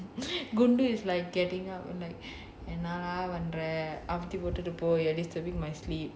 குண்டு:goondu is like getting up at night and என்னடா பண்ற:ennada pandra